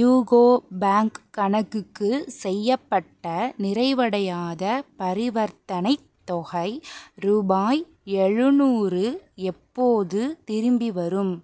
UCO bank கணக்குக்கு செய்யப்பட்ட நிறைவடையாத பரிவர்த்தனை தொகை ரூபாய் எழுநூறு எப்போது திரும்பிவரும்